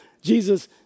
Jesus